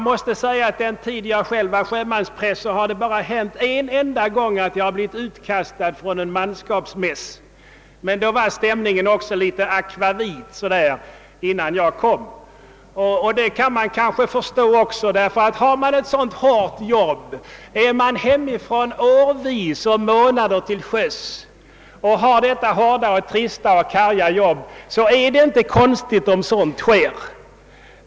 Under den tid jag själv var sjömanspräst har det bara hänt en enda gång att jag har blivit utkastad från en manskapsmäss, men då var stämningen också litet så där »akvavit». Det kan man kanske förstå; är man hemifrån och till sjöss i åratal under flera månader i sträck och har ett så hårt och trist jobb, är det inte så underligt att så är fallet.